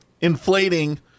inflating